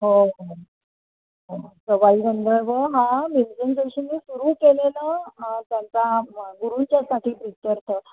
होय होय सवाई गंधर्व हा भीमसेन जोशींनी सुरू केलेला त्यांचा गुरुच्या साठीप्रीत्यर्थ